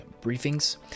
Briefings